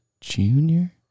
junior